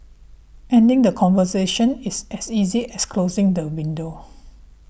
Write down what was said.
ending the conversation is as easy as closing the window